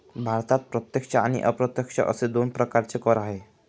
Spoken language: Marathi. भारतात प्रत्यक्ष आणि अप्रत्यक्ष असे दोन प्रकारचे कर आहेत